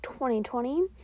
2020